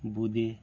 বোঁদে